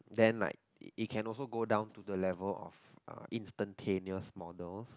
then like it can also go down to the level of uh instantaneous models